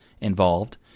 involved